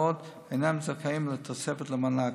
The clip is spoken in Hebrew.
אינם זכאים לתוספת למענק.